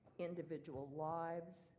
individual lives,